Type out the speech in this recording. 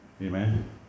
Amen